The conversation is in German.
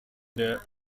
der